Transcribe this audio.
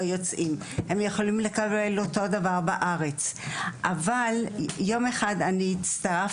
לא יוצאים כי הם יכולים לקבל אותו דבר בארץ אבל ים אחד הצטרפתי